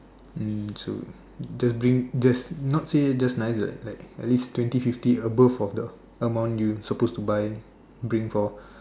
mm so just bring just not say just nice eh like at least twenty fifty above of the amount you supposed buy bring for